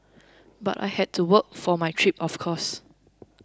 but I had to work for my trip of course